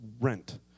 rent